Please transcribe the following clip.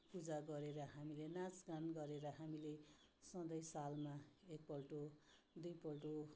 पूजा गरेर हामीले नाच गान गरेर हामीले सधैँ सालमा एकपल्ट दुईपल्ट